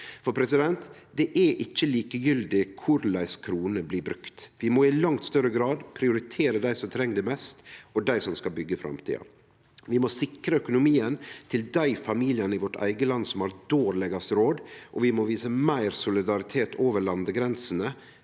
For det er ikkje likegyldig korleis kronene blir brukte. Vi må i langt større grad prioritere dei som treng det mest, og dei som skal byggje framtida. Vi må sikre økonomien til dei familiane i vårt eige land som har dårlegast råd, og vi må vise meir solidaritet over landegrensene